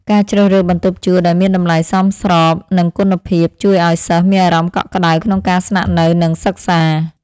ការជ្រើសរើសបន្ទប់ជួលដែលមានតម្លៃសមស្របនឹងគុណភាព ជួយឱ្យសិស្សមានអារម្មណ៍កក់ក្តៅក្នុងការស្នាក់នៅនិងសិក្សា។